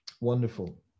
wonderful